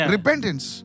Repentance